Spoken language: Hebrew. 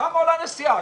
כמה עולה נסיעה?